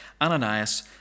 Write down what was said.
Ananias